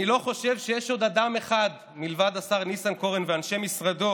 אני לא חושב שיש עוד אדם אחד מלבד השר ניסנקורן ואנשי משרדו